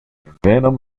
venom